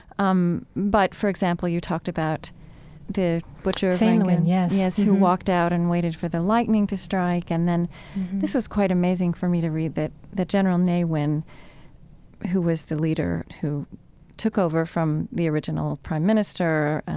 um but, for example, you talked about the butcher of rangoon yes yes. who walked out and waited for the lightning to strike. and then this was quite amazing for me to read it, that general ne win who was the leader who took over from the original prime minister,